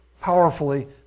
powerfully